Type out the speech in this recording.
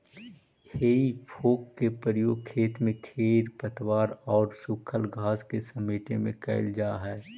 हेइ फोक के प्रयोग खेत से खेर पतवार औउर सूखल घास के समेटे में कईल जा हई